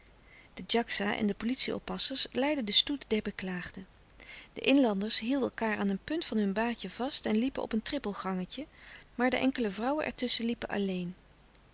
de djaksa en de politie oppassers leidden den stoet der beklaagden de inlanders hielden elkaâr aan een punt van hun baadje vast en liepen op een trippelgangetje maar de enkele vrouwen er tusschen liepen alleen